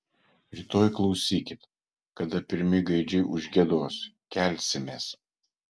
rytoj klausykit kada pirmi gaidžiai užgiedos kelsimės